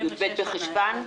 י"ב בחשוון.